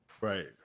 right